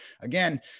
again